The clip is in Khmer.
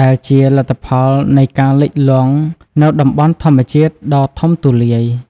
ដែលជាលទ្ធផលនៃការលិចលង់នូវតំបន់ធម្មជាតិដ៏ធំទូលាយ។